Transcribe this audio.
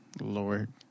Lord